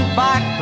back